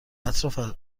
اطراف